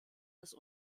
das